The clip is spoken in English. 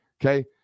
okay